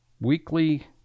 Weekly